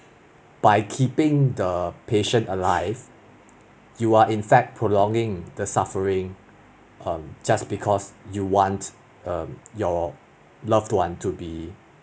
by keeping the patient alive you are in fact prolonging the suffering um just because you want um your loved one to be